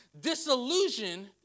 disillusion